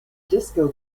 disco